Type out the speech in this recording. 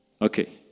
Okay